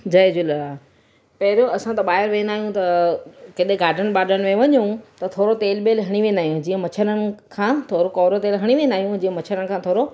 जय झूलेलाल पहिरियों असां त ॿाहिरि वेंदा आहियूं त किथे गाडन वाडन में वञूं त थोरो तेलु वेल हणी वेंदा आहियूं जीअं मछरनि खां थोरो कौरो तेलु खणी वेंदा आहियूं जीअं मछरनि खां थोरो